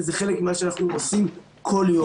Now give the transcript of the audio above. וזה חלק ממה שאנחנו עושים כל יום.